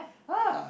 ha